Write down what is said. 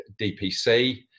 DPC